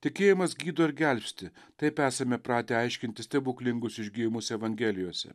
tikėjimas gydo ir gelbsti taip esame pratę aiškinti stebuklingus išgijimus evangelijose